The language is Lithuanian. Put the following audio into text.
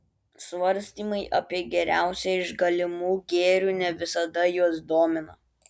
svarstymai apie geriausią iš galimų gėrių ne visada juos domina